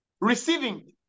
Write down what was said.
Receiving